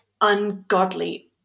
ungodly